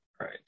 right